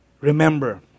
remember